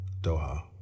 Doha